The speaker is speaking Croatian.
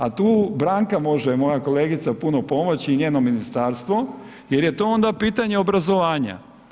A tu Branka može moja kolegica puno pomoći i njeno ministarstvo jer je to onda pitanje obrazovanja.